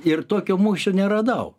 ir tokio mūšio neradau